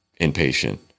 Impatient